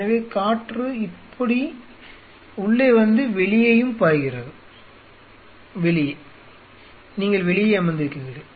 எனவே காற்று இப்படி உள்ளே வந்து வெளியேயும் பாய்கிறது வெளியே நீங்கள் வெளியே அமர்ந்திருக்கிறீர்கள்